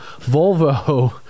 volvo